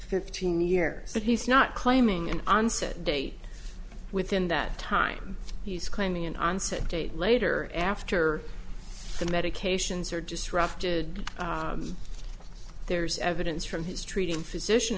fifteen year so he's not claiming an onset date within that time he's claiming an onset date later after the medications are just rafted there's evidence from his treating physician